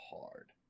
hard